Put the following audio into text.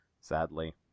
sadly